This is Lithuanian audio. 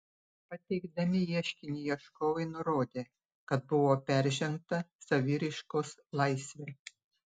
pateikdami ieškinį ieškovai nurodė kad buvo peržengta saviraiškos laisvė